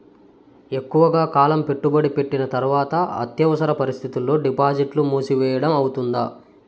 ఎక్కువగా కాలం పెట్టుబడి పెట్టిన తర్వాత అత్యవసర పరిస్థితుల్లో డిపాజిట్లు మూసివేయడం అవుతుందా?